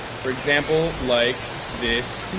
for example like this.